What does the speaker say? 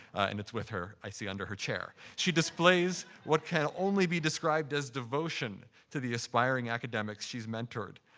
and it's with her, i see, under her chair. she displays what can only be described as devotion to the aspiring academics she's mentored.